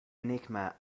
enigma